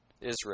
Israel